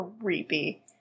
creepy